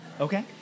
Okay